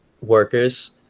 workers